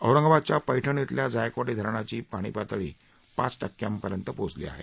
औरंगाबादच्या पैठण इथल्या जायकवाडी धरणाची पाणी पातळी पाच टक्क्यांपर्यंत पोहोचली आहे